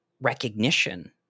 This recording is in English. recognition